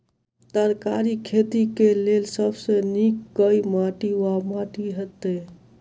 तरकारीक खेती केँ लेल सब सऽ नीक केँ माटि वा माटि हेतै?